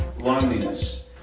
loneliness